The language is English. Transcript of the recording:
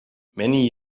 many